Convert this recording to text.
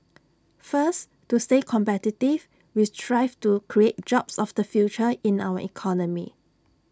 first to stay competitive we strive to create jobs of the future in our economy